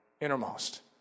innermost